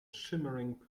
shimmering